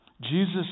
Jesus